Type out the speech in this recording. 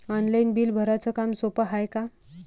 Online bill भराच काम सोपं हाय का?